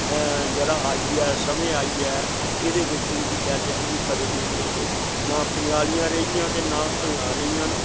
जेह्ड़ा आईया ऐ समें आईया ऐ उंदी बैलें दी बी कदर नी रेही ते ना पंजालियां रेहियां न ते ना हल्लां रेहियां न